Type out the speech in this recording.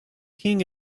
king